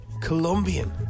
Colombian